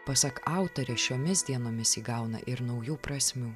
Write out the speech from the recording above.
pasak autorės šiomis dienomis įgauna ir naujų prasmių